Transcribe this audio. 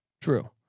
True